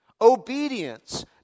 Obedience